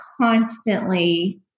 constantly